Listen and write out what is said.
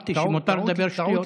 אמרתי שמותר לדבר שטויות.